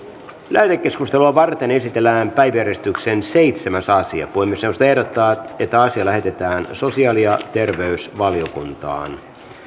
lähetekeskustelua varten esitellään päiväjärjestyksen seitsemäs asia puhemiesneuvosto ehdottaa että asia lähetetään sosiaali ja terveysvaliokuntaan